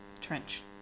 Trench